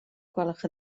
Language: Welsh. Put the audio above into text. gwelwch